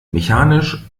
mechanisch